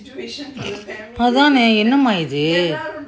என்ன:enna mah இது:idhu